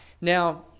now